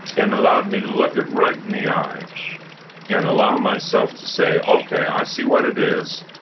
and allowed me to look at right in the eye and allow myself to say, okay, i see what it is.